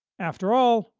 after all,